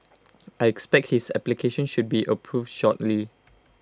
I expect his application should be approved shortly